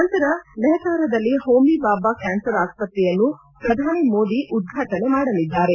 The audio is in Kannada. ನಂತರ ಲೆಹತಾರದಲ್ಲಿ ಹೋಮಿ ಬಾಬಾ ಕ್ವಾನರ್ ಆಸ್ವತ್ರೆಯನ್ನು ಪ್ರಧಾನಿ ಮೋದಿ ಉದ್ರಾಟನೆ ಮಾಡಲಿದ್ದಾರೆ